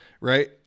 right